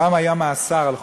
פעם היה מאסר על חובות.